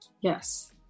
Yes